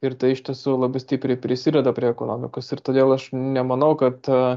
ir tai iš tiesų labai stipriai prisideda prie ekonomikos ir todėl aš nemanau kad